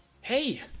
Hey